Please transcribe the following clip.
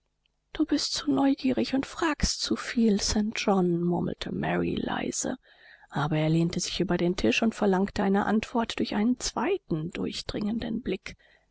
du bist zu neugierig und fragst zuviel st john murmelte mary leise aber er lehnte sich über den tisch und verlangte eine antwort durch einen zweiten durchdringenden blick